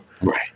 right